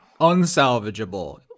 unsalvageable